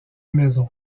maison